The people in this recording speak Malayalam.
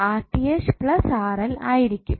ആയിരിക്കും